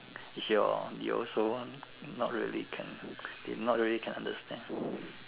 is your you also want not really can they not really can understand